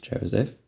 Joseph